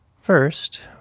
First